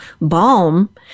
balm